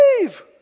leave